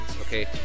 okay